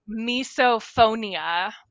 misophonia